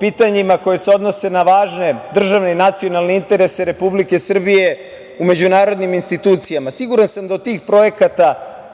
pitanjima koji se odnose na važne državne i nacionalne interese Republike Srbije u međunarodnim institucijama. Siguran sam da od tih projekata